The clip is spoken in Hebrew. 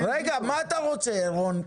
רגע, מה אתה רוצה רון?